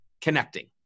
connecting